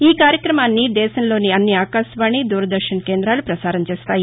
ఈ కార్యక్రమాన్ని దేశంలోని అన్ని ఆకాశవాణి దూరదర్భన్ కేంద్రాలు పసారం చేస్తాయి